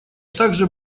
также